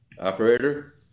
Operator